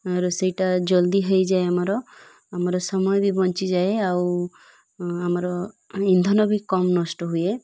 ରୋଷେଇଟା ଜଲ୍ଦି ହୋଇଯାଏ ଆମର ଆମର ସମୟ ବି ବଞ୍ଚିଯାଏ ଆଉ ଆମର ଇନ୍ଧନ ବି କମ୍ ନଷ୍ଟ ହୁଏ